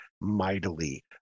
mightily